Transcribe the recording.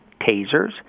tasers